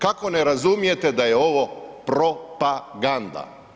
Kako ne razumijete da je ovo propaganda.